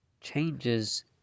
Changes